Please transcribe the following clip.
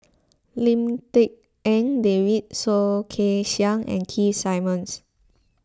Lim Tik En David Soh Kay Siang and Keith Simmons